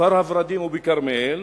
בכפר-ורדים ובכרמיאל